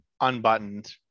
unbuttoned